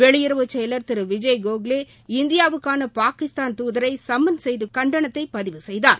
வெளியுறவு செயலர் திரு விஜய்கோகலே இந்தியாவுக்கான பாகிஸ்தான் தூதரை சும்மன் செய்து கண்டனத்தை பதிவு செய்தார்